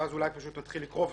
ואז אולי פשוט נתחיל לקרוא,